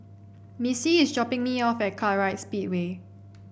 Missy is dropping me off at Kartright Speedway